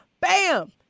Bam